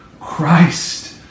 Christ